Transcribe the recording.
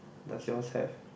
does yours have